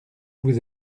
vous